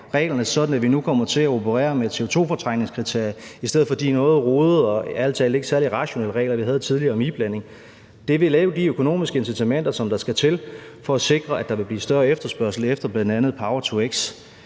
reglerne sådan, at vi nu kommer til at operere med et CO2-fortrængningskriterie i stedet for de noget rodede og ærlig talt ikke særlig rationelle regler, vi havde tidligere, om iblanding. Det vil lave de økonomiske incitamenter, som der skal til for at sikre, at der vil blive større efterspørgsel efter bl.a. power-to-x,